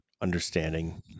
understanding